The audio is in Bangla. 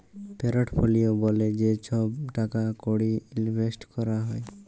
পোরটফলিও ব্যলে যে ছহব টাকা কড়ি ইলভেসট ক্যরা হ্যয়